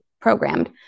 programmed